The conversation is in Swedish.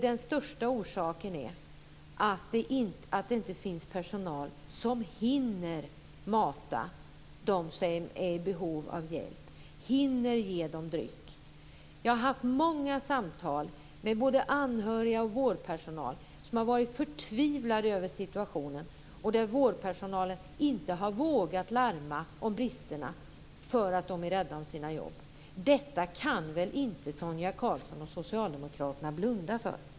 Den största orsaken är att det inte finns personal som hinner mata dem som är i behov av hjälp, inte hinner ge dem dryck. Jag har haft många samtal med både anhöriga och vårdpersonal som har varit förtvivlade över situationen. Vårdpersonalen har inte vågat larma om bristerna för att de är rädda om sina jobb. Detta kan väl inte Sonia Karlsson och Socialdemokraterna blunda för.